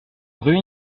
rue